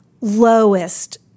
lowest